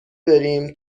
بریم